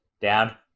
down